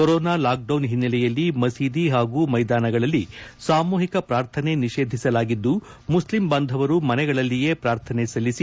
corona lockdown ಹಿನ್ನೆಲೆಯಲ್ಲಿ ಮಸೀದಿ ಹಾಗೂ ಮೈದಾನಗಳಲ್ಲಿ ಸಾಮೂಹಿಕ ಪ್ರಾರ್ಥನೆ ನಿಷೇಧಿಸಲಾಗಿದ್ದು ಮುಸ್ಲಿಂ ಬಾಂಧವರು ಮನೆಗಳಲ್ಲಿಯೇ ಪ್ರಾರ್ಥನೆ ಸಲ್ಲಿಸಿ